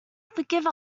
forgive